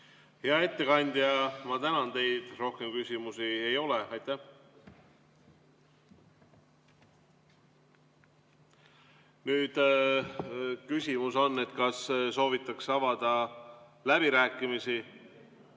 Hea ettekandja, ma tänan teid. Rohkem küsimusi ei ole. Aitäh! Küsimus on, kas soovitakse avada läbirääkimisi.